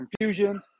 confusion